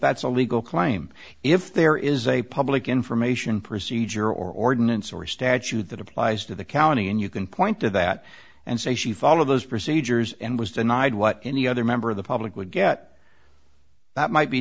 that's a legal claim if there is a public information procedure or ordinance or statute that applies to the county and you can point to that and say she followed those procedures and was denied what any other member of the public would get that might be